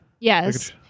Yes